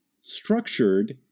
structured